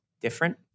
different